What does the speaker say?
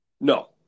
No